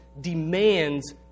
demands